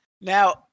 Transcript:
now